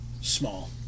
small